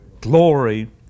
glory